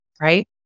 right